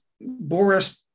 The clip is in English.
boris